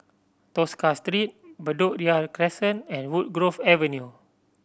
Tosca Street Bedok Ria Crescent and Woodgrove Avenue